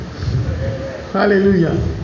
Hallelujah